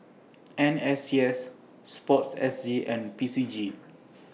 N S C S Sports S G and P C G